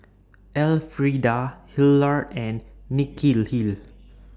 Elfrieda Hillard and Nikhil